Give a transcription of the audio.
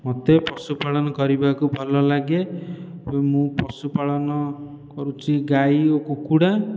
ମୋତେ ପଶୁ ପାଳନ କରିବାକୁ ଭଲ ଲାଗେ ଏବଂ ମୁଁ ପଶୁପାଳନ କରୁଛି ଗାଈ ଓ କୁକୁଡ଼ା